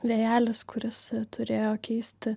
vėjelis kuris turėjo keisti